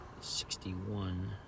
Sixty-one